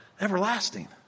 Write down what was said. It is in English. everlasting